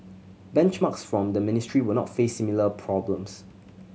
benchmarks from the ministry will not face similar problems